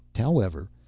however,